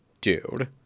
dude